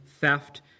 theft